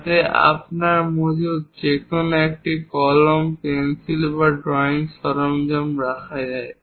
যাতে আপনার মজুদ যেমন একটি কলম পেন্সিল এবং ড্রয়িং সরঞ্জাম রাখা যায়